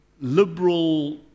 liberal